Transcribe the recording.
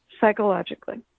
psychologically